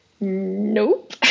Nope